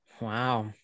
Wow